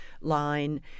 line